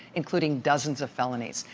including dozens of felonies.